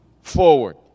forward